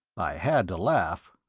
i had to laugh.